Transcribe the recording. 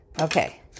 Okay